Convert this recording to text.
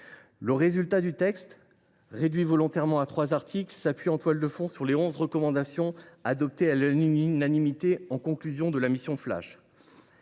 de passivité. Le texte, réduit volontairement à trois articles, s’appuie en toile de fond sur les onze recommandations adoptées à l’unanimité en conclusion de la mission flash.